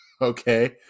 okay